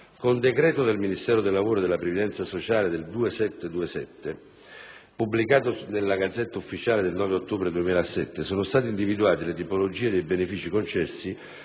Con decreto del Ministero del lavoro e della previdenza sociale del 2 luglio 2007, pubblicato nella *Gazzetta Ufficiale* del 9 ottobre 2007, sono state individuate le tipologie dei benefici concessi,